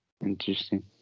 Interesting